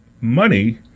money